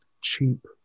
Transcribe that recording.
cheap